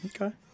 okay